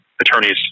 attorneys